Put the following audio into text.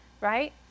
right